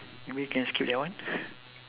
maybe we can skip that one